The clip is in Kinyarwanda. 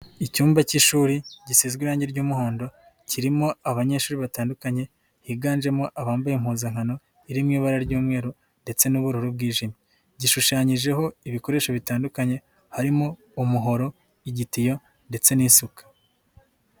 Icyumba cy'ishuri gishinzwe irangi ry'umuhondo kirimo abanyeshuri batandukanye higanjemo abambaye impuzankano iri mu ibara ry'umweru ndetse n'ubururu bwijimye, gishushanyijeho ibikoresho bitandukanye harimo umuhoro, igitiyo, ndetse n'isuka.